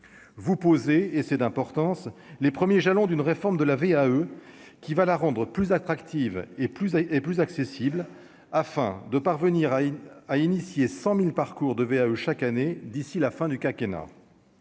vous posez et c'est d'importance, les premiers jalons d'une réforme de la VAE qui va la rendre plus attractive et plus elle et plus accessible afin de parvenir à une a initié 100000 parcours de VAE chaque année d'ici la fin du quinquennat